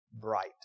bright